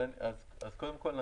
קודם כול,